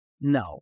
no